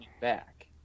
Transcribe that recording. back